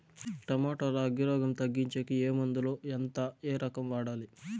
Tomato లో అగ్గి రోగం తగ్గించేకి ఏ మందులు? ఎంత? ఏ రకంగా వాడాలి?